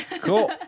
cool